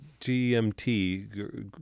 GMT